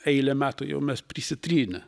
eilę metų jau mes prisitrynę